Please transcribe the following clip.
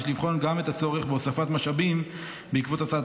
יש לבחון גם את הצורך בהוספת משאבים בעקבות הצעת